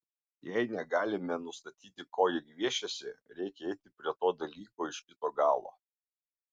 jei negalime nustatyti ko jie gviešiasi reikia eiti prie to dalyko iš kito galo